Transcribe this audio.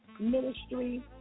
ministry